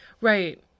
Right